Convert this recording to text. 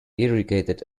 irrigated